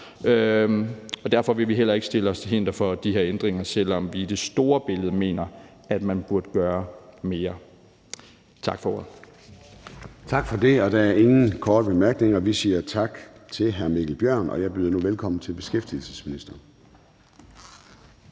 derfor vil vi heller ikke stille os hindrende i vejen for de her ændringer, selv om vi i det store billede mener at man burde gøre mere. Tak for ordet. Kl. 11:23 Formanden (Søren Gade): Tak for det. Der er ingen korte bemærkninger. Vi siger tak til hr. Mikkel Bjørn, og jeg byder nu velkommen til beskæftigelsesministeren.